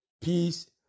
peace